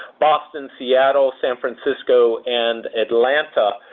boston, seattle, san francisco, and atlanta,